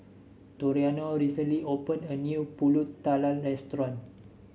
Toriano recently opened a new pulut tatal restaurant